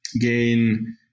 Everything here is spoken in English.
gain